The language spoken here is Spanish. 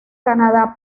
canadá